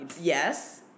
Yes